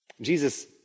Jesus